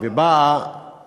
ובאה